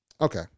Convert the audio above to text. Okay